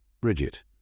Bridget